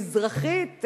קשת מזרחית,